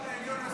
אתה מעכב את זה.